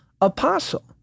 apostle